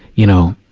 you know,